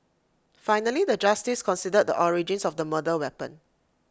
finally the justice considered the origins of the murder weapon